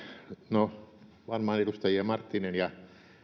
no varmaan edustajia marttinen ja